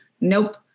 Nope